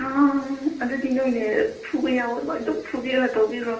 ꯑꯗꯨꯗꯤ ꯅꯣꯏꯅ ꯐꯨꯕ ꯌꯥꯎꯕ ꯂꯣꯏ ꯑꯗꯨꯝ ꯐꯨꯕꯤꯔꯣ ꯇꯧꯕꯤꯒ꯭ꯔꯣ